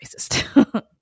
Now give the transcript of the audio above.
racist